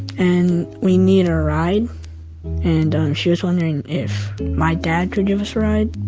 and we needed a ride and she was wondering if my dad could give us a ride.